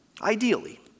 ideally